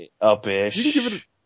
up-ish